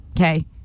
Okay